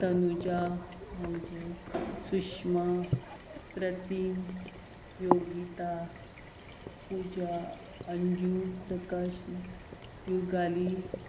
तनुजा मोज सुशमा प्रतीम योगीता पुजा अंजू प्रकाश्ण योगाली